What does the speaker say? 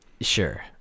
sure